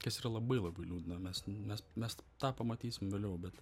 kas yra labai labai liūdna mes mes mes tą pamatysim vėliau bet